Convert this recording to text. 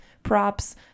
props